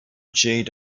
jade